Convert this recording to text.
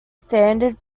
standard